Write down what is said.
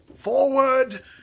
Forward